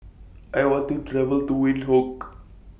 I want to travel to Windhoek